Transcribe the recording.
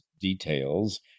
details